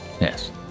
Yes